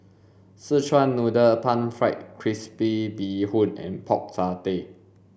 szechuan noodle pan fried crispy bee hoon and pork satay